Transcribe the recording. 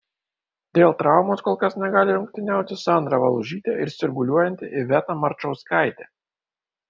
dėl traumos kol kas negali rungtyniauti sandra valužytė ir sirguliuojanti iveta marčauskaitė